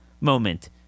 moment